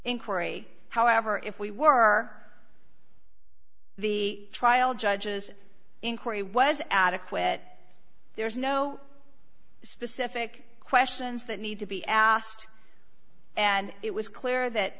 inquiry however if we were the trial judges inquiry was adequate there's no specific questions that need to be asked and it was clear that